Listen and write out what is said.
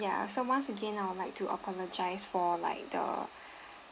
ya so once again I would like to apologise for like the